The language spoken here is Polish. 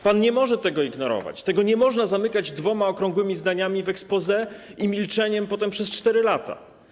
Pan nie może tego ignorować, tego nie można zamykać dwoma okrągłymi zdaniami w exposé i milczeniem potem przez 4 lata.